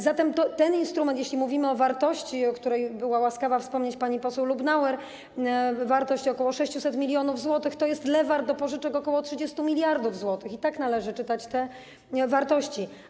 Zatem ten instrument, jeśli mówimy o wartości, o której była łaskawa wspomnieć pani poseł Lubnauer, o wartości ok. 600 mln zł, to jest lewar do pożyczek ok. 30 mld zł i tak należy czytać te wartości.